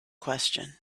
question